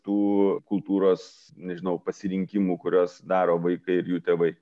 tų kultūros nežinau pasirinkimų kuriuos daro vaikai ir jų tėvai